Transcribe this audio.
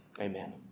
Amen